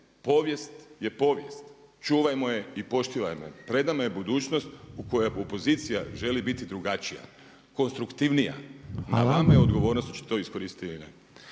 povijest je povijest čuvajmo je i poštivajmo je. Pred nama je budućnost u kojoj opozicija želi biti drugačija, konstruktivnija. Na vama je odgovornost hoćete li to iskoristiti